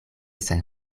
sen